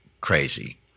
crazy